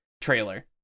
trailer